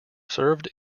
served